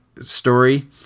story